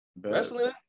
Wrestling